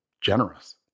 generous